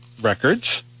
records